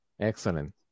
Excellent